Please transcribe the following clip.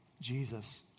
Jesus